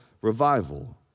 revival